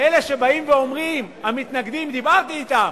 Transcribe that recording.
ואלה שבאים ואומרים, המתנגדים, דיברתי אתם,